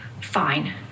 Fine